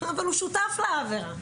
אבל הוא שותף לעבירה.